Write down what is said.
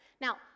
Now